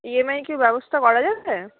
EMI কি ব্যবস্থা করা যাবে